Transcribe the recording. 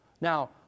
Now